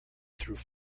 through